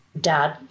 dad